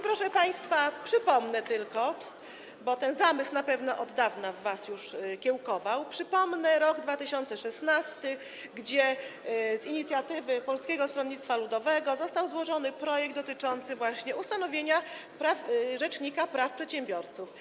Proszę państwa, przypomnę tylko, bo ten zamysł na pewno już od dawna w was kiełkował, rok 2016, kiedy z inicjatywy Polskiego Stronnictwa Ludowego został złożony projekt dotyczący właśnie ustanowienia rzecznika praw przedsiębiorców.